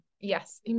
yes